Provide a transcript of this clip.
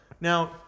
now